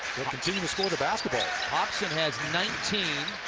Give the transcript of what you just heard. continue to score the basketball. hobson has nineteen.